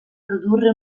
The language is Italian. produrre